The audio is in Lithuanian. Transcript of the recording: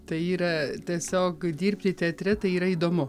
tai yra tiesiog dirbti teatre tai yra įdomu